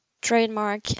Trademark